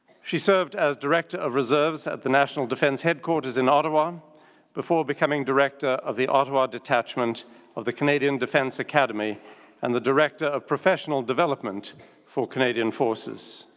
she served as director of reserves at the national defense headquarters in ottawa um before becoming director of the ottawa detachment of the canadian defense academy and the director of professional development for canadian forces.